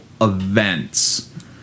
events